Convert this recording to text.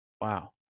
Wow